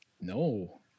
no